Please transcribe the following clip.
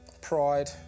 Pride